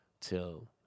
till